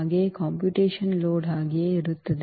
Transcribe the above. ಹಾಗೆಯೇ computational load ಹಾಗೆಯೇ ಇರುತ್ತದೆ